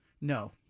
No